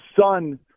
son